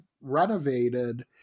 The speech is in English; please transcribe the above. renovated